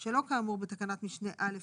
(ה) (1)